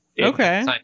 Okay